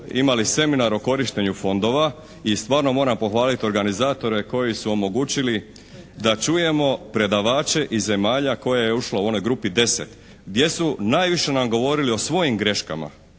imali seminar o korištenju fondova i stvarno moram pohvaliti organizatore koji su omogućili da čujemo predavače iz zemalja koje je ušlo u onoj grupi 10 gdje su najviše nam govorili o svojim greškama